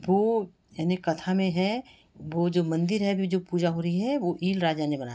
वह यानी कथा में है वह जो मंदिर है जो अभी जो पूजा हो रही है वह ईल राजा ने बनाया था